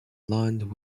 lined